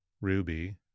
Ruby